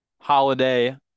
holiday